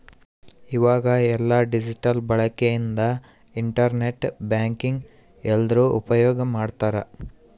ಈವಾಗ ಎಲ್ಲ ಡಿಜಿಟಲ್ ಬಳಕೆ ಇಂದ ಇಂಟರ್ ನೆಟ್ ಬ್ಯಾಂಕಿಂಗ್ ಎಲ್ರೂ ಉಪ್ಯೋಗ್ ಮಾಡ್ತಾರ